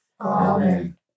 Amen